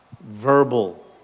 verbal